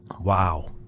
Wow